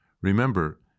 Remember